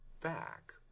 back